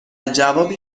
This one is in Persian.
جوابی